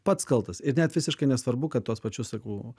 pats kaltas ir net visiškai nesvarbu kad tuos pačius sakau